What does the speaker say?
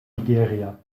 nigeria